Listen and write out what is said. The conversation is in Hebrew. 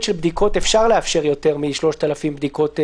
של בדיקות אפשר לאפשר יותר מ-3,000 בדיקות ביממה.